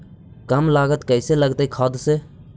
कम लागत कैसे लगतय खाद से?